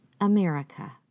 America